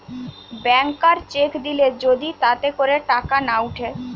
ব্যাংকার cheque দিলে যদি তাতে করে টাকা না উঠে